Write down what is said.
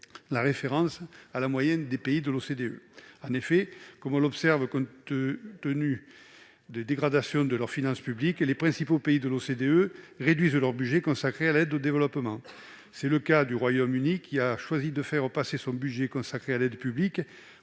la référence à cette moyenne. En effet, compte tenu de la dégradation de leurs finances publiques, les principaux pays de l'OCDE réduisent leur budget consacré à l'aide au développement. C'est le cas du Royaume-Uni qui a choisi de faire passer son budget consacré à l'aide publique